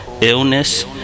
illness